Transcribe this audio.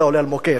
אתה עולה על מוקש,